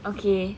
okay